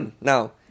Now